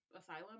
asylum